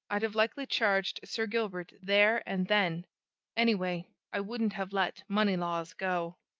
i'd have likely charged sir gilbert there and then anyway, i wouldn't have let moneylaws go.